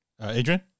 Adrian